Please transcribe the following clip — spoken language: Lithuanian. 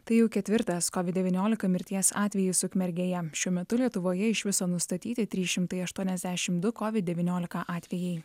tai jau ketvirtas kovid devyniolika mirties atvejis ukmergėje šiuo metu lietuvoje iš viso nustatyti trys šimtai aštuoniasdešimt du kovid devyniolika atvejai